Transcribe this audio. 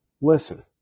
listen